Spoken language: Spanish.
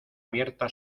abierta